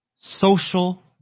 Social